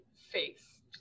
face